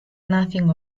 nothing